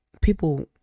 People